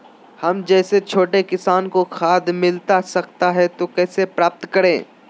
हम जैसे छोटे किसान को खाद मिलता सकता है तो कैसे प्राप्त करें?